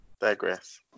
Digress